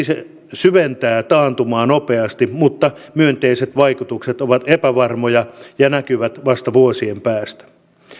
syventää taantumaa nopeasti mutta myönteiset vaikutukset ovat epävarmoja ja näkyvät vasta vuosien päästä